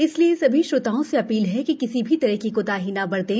इसलिए सभी श्रोताओं से अपील है कि किसी भी तरह की कोताही न बरतें